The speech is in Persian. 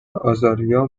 آزالیا